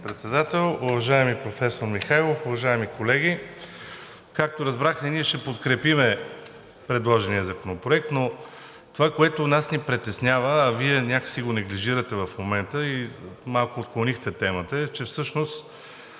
Председател. Уважаеми господин Михайлов, уважаеми колеги! Както разбрахте, ние ще подкрепим предложения Законопроект. Но това, което нас ни притеснява, а Вие някак си го неглижирате в момента и малко отклонихте темата, е, че всъщност